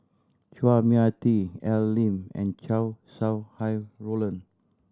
Chua Mia Tee Al Lim and Chow Sau Hai Roland